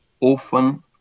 often